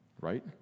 right